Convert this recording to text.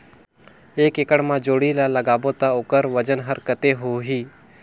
एक एकड़ मा जोणी ला लगाबो ता ओकर वजन हर कते होही?